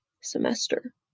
semester